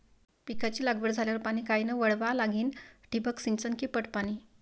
पिकाची लागवड झाल्यावर पाणी कायनं वळवा लागीन? ठिबक सिंचन की पट पाणी?